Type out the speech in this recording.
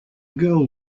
girl